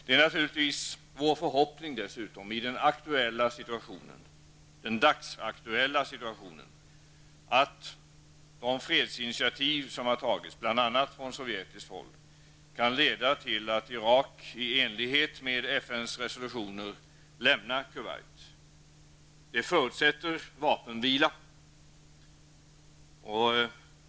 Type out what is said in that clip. Det är naturligtvis vår förhoppning i den dagsaktuella situationen att de fredsinitiativ som har tagits bl.a. från sovjetiskt håll, kan leda till att Kuwait. Det förutsätter vapenvila.